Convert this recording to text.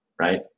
right